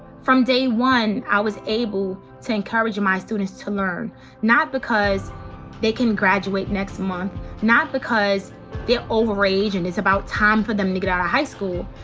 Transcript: from day one i was able to encourage my students to learn. not because they can graduate next month. not because they're over-age and it's about time for them to get out of high school,